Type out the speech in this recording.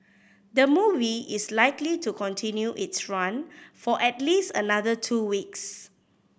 the movie is likely to continue its run for at least another two weeks